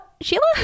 Sheila